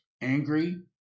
angry